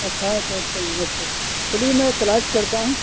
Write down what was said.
اٹھارہ چوہتر میں اچھا اچھا چلیے میں تلاش کرتا ہوں